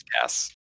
yes